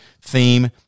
theme